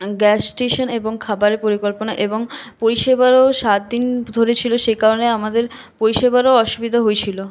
gas station এবং খাবারের পরিকল্পনা এবং পরিষেবারও সাত দিন ধরে ছিল সেই কারণে আমদের পরিষেবারও অসুবিধা হয়েছিল